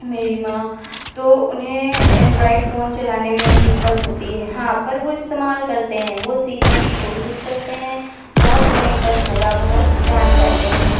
मेरी माँ तो उन्हें एंड्रॉइड फ़ोन चलाने में दिक्कत होती है हाँ पर वो इस्तेमाल करते हैं वो सीखने की कोशिश करते हैं बहुत नहीं पर थोड़ा बहुत जान जाते हैं